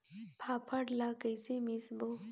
फाफण ला कइसे मिसबो?